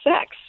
sex